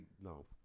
no